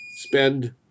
spend